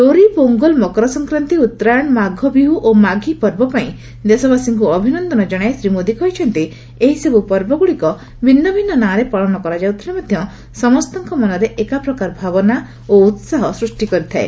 ଲୋରି ପୋଙ୍ଗଲ ମକରସଂକ୍ରାନ୍ତି ଉତ୍ତରାୟଣ ମାଘବିହୁ ଓ ମାଘି ପର୍ବ ପାଇଁ ଦେଶବାସୀଙ୍କୁ ଅଭିନନ୍ଦନ ଜଣାଇ ଶ୍ରୀ ମୋଦି କହିଛନ୍ତି ଏହିସବୁ ପର୍ବଗୁଡ଼ିକ ଭିନ୍ନଭିନ୍ନ ନାଁରେ ପାଳନ କରାଯାଉଥିଲେ ମଧ୍ୟ ସମସ୍ତଙ୍କ ମନରେ ଏକାପ୍ରକାର ଭାବନା ଓ ଉସାହ ସୃଷ୍ଟି କରିଥାଏ